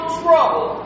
trouble